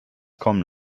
kommen